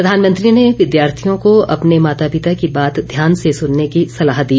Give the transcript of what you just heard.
प्रधानमंत्री ने विद्यार्थियों को अपने माता पिता की बात ध्यान से सुनने की सलाह दी